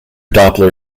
doppler